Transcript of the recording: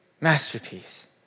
Masterpiece